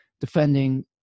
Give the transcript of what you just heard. defending